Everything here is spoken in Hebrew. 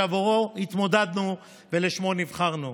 שעבורו התמודדנו ולשמו נבחרנו.